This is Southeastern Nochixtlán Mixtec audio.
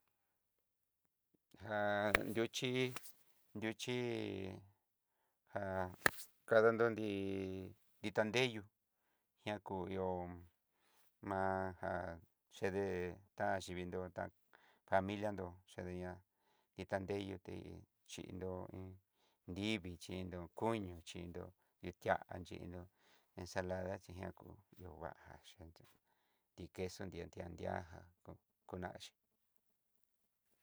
Jan yuxhí nruxhí já kadandó nrí, nrita deyú, na kú ihó maja chede taxhi vinró, tá familia nró chede ihá, itá deyú yuté chinró iin nrivii xhinró koño, xhinró nritia xhinró ensalada xhiña kú xhiobaja chindó nri queso nritian ti'á jan konaxhí.